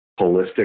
holistic